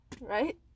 Right